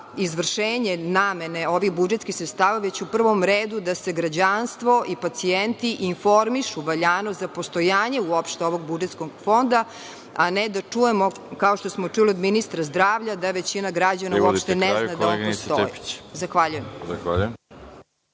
izvršenje namene ovih budžetskih sredstava, već u prvom redu da se građanstvo i pacijenti informišu valjano za postojanje uopšte ovog budžetskog fonda, a ne da čujemo, kao što smo čuli od ministra zdravlja, da većina građana uopšte ne zna da on postoji. Zahvaljujem.